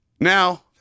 now